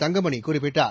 தங்கமணிகுறிப்பிட்டார்